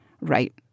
Right